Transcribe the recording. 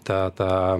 tą tą